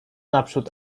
naprzód